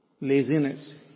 Laziness